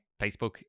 Facebook